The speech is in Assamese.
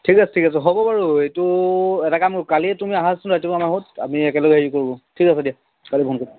ঠিক আছে ঠিক আছে হ'ব বাৰু এইটো এটা কাম কৰো কালি তুমি আহাচোন ৰাতিপুৱা আমি একেলগে হেৰি কৰো ঠিক আছে দিয়া কালি ফোন কৰিম